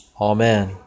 Amen